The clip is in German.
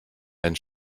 ein